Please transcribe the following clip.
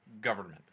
government